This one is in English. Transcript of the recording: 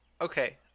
Okay